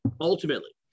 ultimately